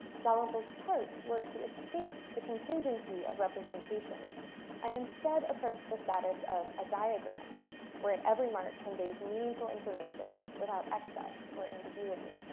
dalrymple's charts work to escape the contingency of representation and instead approach the status of a diagram wherein every mark conveys meaningful information without excess or ambiguity.